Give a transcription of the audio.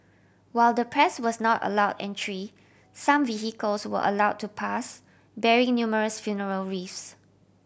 while the press was not allowed entry some vehicles were allowed to pass bearing numerous funeral wreath